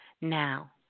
now